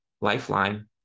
lifeline